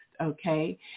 okay